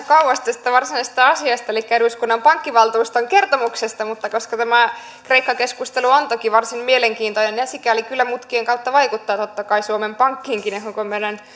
kauas tästä varsinaisesta asiasta elikkä eduskunnan pankkivaltuuston kertomuksesta mutta koska tämä kreikka keskustelu on toki varsin mielenkiintoinen ja sikäli kyllä mutkien kautta vaikuttaa totta kai suomen pankkiinkin ihan kuin meidän